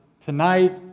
tonight